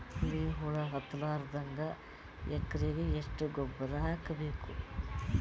ಬಿಳಿ ಹುಳ ಹತ್ತಲಾರದಂಗ ಎಕರೆಗೆ ಎಷ್ಟು ಗೊಬ್ಬರ ಹಾಕ್ ಬೇಕು?